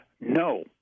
no